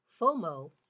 FOMO